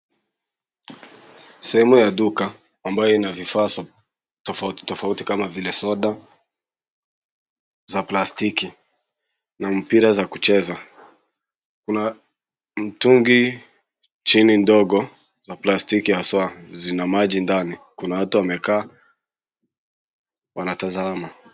Sehemu ya duka ambayo ina vifaa tofautitofauti kama vile soda za plastiki, na mipira za kucheza. Kuna mitungi chini, ndogo, za plastiki, haswa zina maji ndani. Kuna watu wamekaa wanatazama.